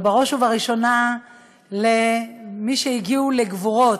אבל בראש ובראשונה למי שהגיעו לגבורות,